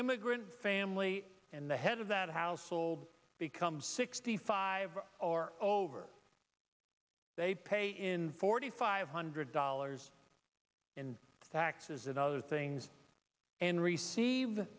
immigrant family and the head of that household become sixty five or over they pay in forty five hundred dollars in taxes and other things and receive th